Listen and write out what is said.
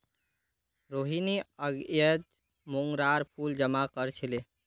रोहिनी अयेज मोंगरार फूल जमा कर छीले